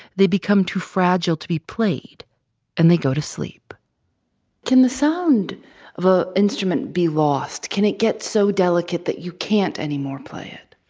they become too fragile to be played and they go to sleep can the sound of an ah instrument be lost? can it get so delicate that you can't anymore play it?